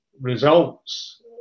results